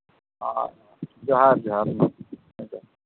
ᱦᱮᱸ ᱡᱚᱦᱟᱨ ᱡᱚᱦᱟᱨ